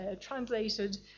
translated